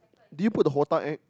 did you put the HOTA act